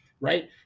right